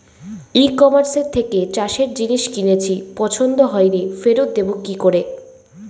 ই কমার্সের থেকে চাষের জিনিস কিনেছি পছন্দ হয়নি ফেরত দেব কী করে?